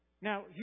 Now